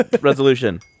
resolution